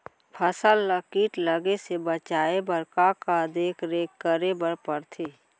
फसल ला किट लगे से बचाए बर, का का देखरेख करे बर परथे?